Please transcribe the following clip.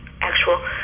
actual